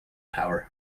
power